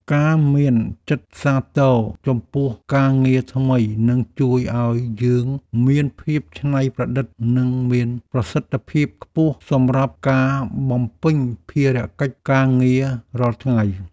ការមានចិត្តសាទរចំពោះការងារថ្មីនឹងជួយឱ្យយើងមានភាពច្នៃប្រឌិតនិងមានប្រសិទ្ធភាពខ្ពស់សម្រាប់ការបំពេញភារកិច្ចការងាររាល់ថ្ងៃ។